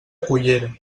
cullera